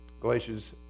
Galatians